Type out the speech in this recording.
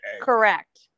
Correct